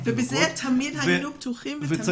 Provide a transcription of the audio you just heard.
כן, ובזה תמיד היינו פתוחים ותמיד עשינו.